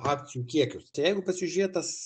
akcijų kiekius tai jeigu patsižiūrėt tas